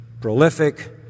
prolific